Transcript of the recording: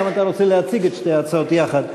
אתה רוצה להציג את שתי ההצעות יחד?